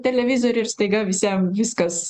televizorių ir staiga visiem viskas